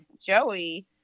Joey